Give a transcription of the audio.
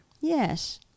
Yes